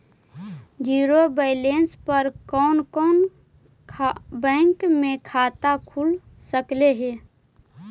Zero balance पर कोन कोन बैंक में खाता खुल सकले हे?